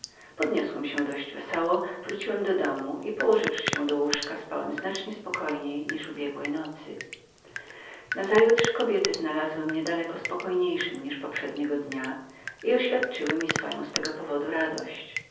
podniosłem się dość wesoło wróciłem do domu i noc tę przepędziłem daleko spokojniej od poprzednich nazajutrz kobiety znalazły mnie daleko spokojniejszym niż byłem wczoraj i oświadczyły mi swoją z tego powodu radość